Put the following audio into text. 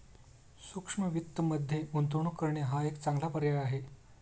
सूक्ष्म वित्तमध्ये गुंतवणूक करणे हा एक चांगला पर्याय आहे